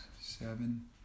Seven